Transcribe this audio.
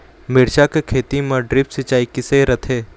मिरचा के खेती म ड्रिप सिचाई किसे रथे?